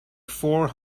four